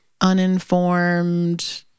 uninformed